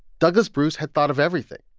douglas bruce had thought of everything.